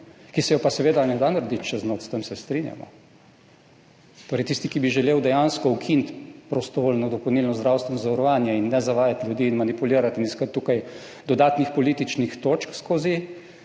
ki se je pa seveda ne da narediti čez noč, s tem se strinjamo. Torej, tisti, ki bi želel dejansko ukiniti prostovoljno dopolnilno zdravstveno zavarovanje in ne zavajati ljudi in manipulirati in iskati tukaj dodatnih političnih točk skozi